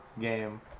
game